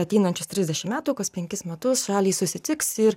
ateinančius trisdešim metų kas penkis metus šalys susitiks ir